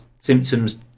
symptoms